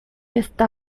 está